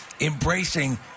embracing